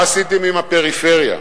מה עשיתם עם הפריפריה?